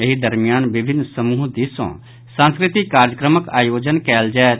एहि दरमियान विभिन्न समूह दिस सॅ सांस्कृतिक कार्यक्रमक आयोजन कयल जाएत